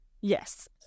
Yes